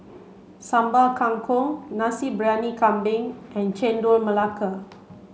Sambal Kangkong Nasi Briyani Kambing and Chendol Melaka